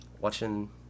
watching